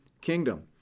kingdom